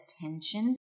attention